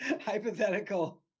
hypothetical